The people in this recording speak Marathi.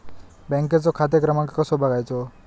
बँकेचो खाते क्रमांक कसो बगायचो?